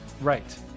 Right